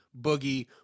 Boogie